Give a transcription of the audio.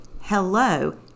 hello